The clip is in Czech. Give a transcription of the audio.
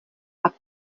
pak